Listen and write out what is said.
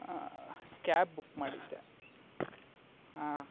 cab book ಮಾಡಿದ್ದೆ ಹಾನ್